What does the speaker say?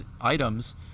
items